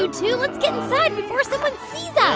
so two. let's get inside before someone sees ah